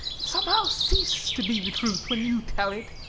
it somehow ceases to be the truth when you tell it.